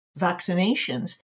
vaccinations